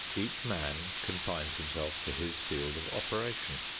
each man confines himself to his field of operation,